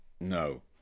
No